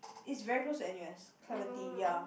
is very close to n_u_s Clementi ya